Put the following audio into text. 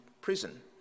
prison